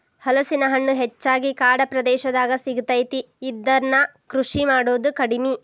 ಹಲಸಿನ ಹಣ್ಣು ಹೆಚ್ಚಾಗಿ ಕಾಡ ಪ್ರದೇಶದಾಗ ಸಿಗತೈತಿ, ಇದ್ನಾ ಕೃಷಿ ಮಾಡುದ ಕಡಿಮಿ